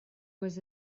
was